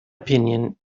opinion